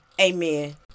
amen